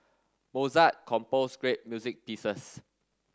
Mozart composed great music pieces